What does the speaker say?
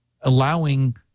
allowing